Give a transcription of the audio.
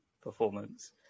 performance